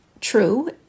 True